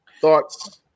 thoughts